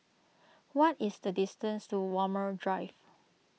what is the distance to Walmer Drive